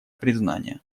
признание